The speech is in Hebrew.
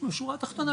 בשורה תחתונה,